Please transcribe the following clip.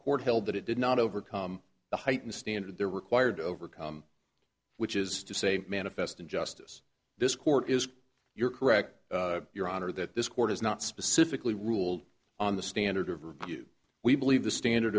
court held that it did not overcome the heightened standard they're required to overcome which is to say manifest in justice this court is you're correct your honor that this court is not specifically ruled on the standard of review we believe the standard